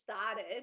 started